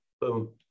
Boom